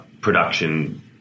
production